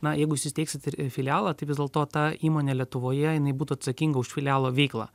na jeigu jūs įsteigsit ir filialą tai vis dėlto ta įmonė lietuvoje jinai būtų atsakinga už filialo veiklą